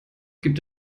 gibt